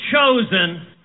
chosen